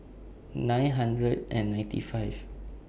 nine hundred and ninety five